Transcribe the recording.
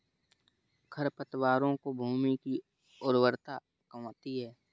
खरपतवारों से भूमि की उर्वरता कमती है